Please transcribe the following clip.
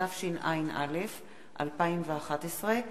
התשע"א 2011,